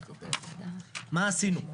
מה עשינו?